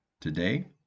today